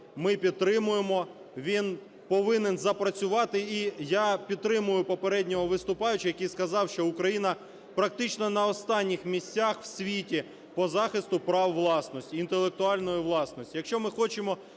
ми підтримуємо, він повинен запрацювати. І я підтримую попереднього виступаючого, який сказав, що Україна практично на останніх місцях в світі по захисту прав власності, інтелектуальної власності.